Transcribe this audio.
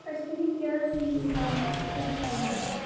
کَشمیٖر کیٛاہ چھِ یوٗتاہ خوٗبصوٗرت